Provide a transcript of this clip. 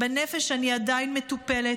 בנפש אני עדיין מטופלת,